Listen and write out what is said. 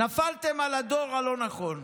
נפלתם על הדור הלא-נכון.